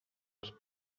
als